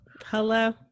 Hello